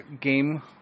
game